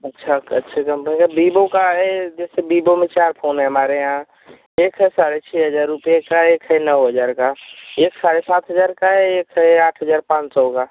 अच्छा अच्छी कंपनी का बीबो का है जैसे बीबो में चार फोन है हमारे यहाँ एक है साढ़े छः हज़ार रुपये का एक है नौ हज़ार का एक साढ़े सात हज़ार का है एक हैं आठ हज़ार पाँच सौ का